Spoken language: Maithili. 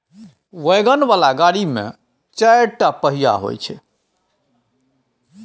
वैगन बला गाड़ी मे चारिटा पहिया होइ छै